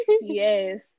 Yes